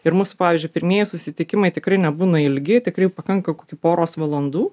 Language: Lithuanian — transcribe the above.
ir mūsų pavyzdžiui pirmieji susitikimai tikrai nebūna ilgi tikrai pakanka kokių poros valandų